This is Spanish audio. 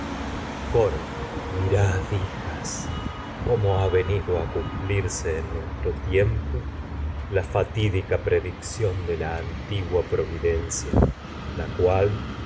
coro mirad hijas cómo ha venido nuestro a cumplirse en tiempo la fatídica predicción de la antigua pro su videncia la cual